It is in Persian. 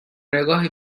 نگاهی